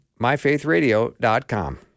MyFaithRadio.com